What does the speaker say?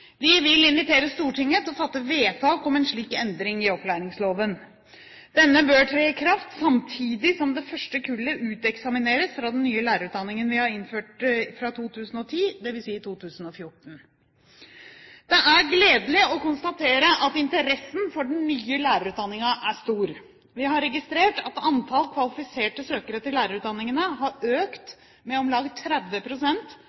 Vi vil invitere Stortinget til å fatte vedtak om en slik endring i opplæringsloven. Denne bør tre i kraft samtidig som det første kullet uteksamineres fra den nye lærerutdanningen vi har innført fra 2010, dvs. i 2014. Det er gledelig å konstatere at interessen for den nye lærerutdanningen er stor. Vi har registrert at antall kvalifiserte søkere til lærerutdanningene har